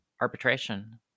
arbitration